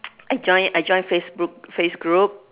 I join I join facebook face group